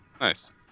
Nice